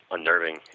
unnerving